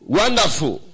wonderful